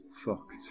Fucked